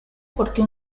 porque